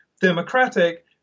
democratic